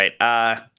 right